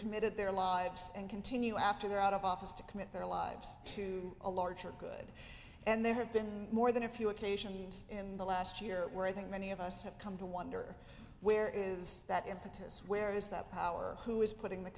committed their lives and continue after they're out of office to commit their lives to a larger good and they have been more than a few occasions in the last year where i think many of us have come to wonder where is that impetus where is that power who is putting the